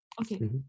Okay